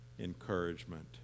encouragement